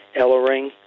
Ellering